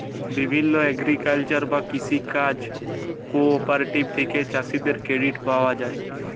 বিভিল্য এগ্রিকালচারাল বা কৃষি কাজ কোঅপারেটিভ থেক্যে চাষীদের ক্রেডিট পায়া যায়